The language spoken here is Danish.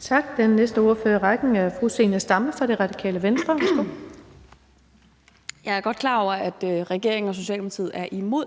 Tak. Den næste ordfører i rækken er fru Zenia Stampe fra Radikale Venstre. Værsgo. Kl. 10:10 Zenia Stampe (RV): Jeg er godt klar over, at regeringen og Socialdemokratiet er imod